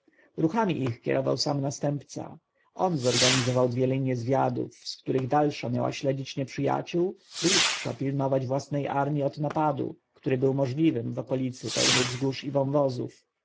ruchami ich kierował sam następca on zorganizował dwie linje zwiadów z których dalsza miała śledzić nieprzyjaciół bliższa pilnować własnej armji od napadu który był możliwym w okolicy pełnej wzgórz i wąwozów